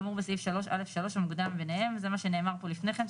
כאמור בסעיף 3.א.3 המוקדם מביניהם" זה מה שנאמר פה לפני כן,